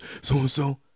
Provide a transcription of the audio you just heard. so-and-so